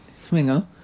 swinger